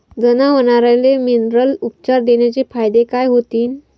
जनावराले मिनरल उपचार देण्याचे फायदे काय होतीन?